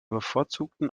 bevorzugten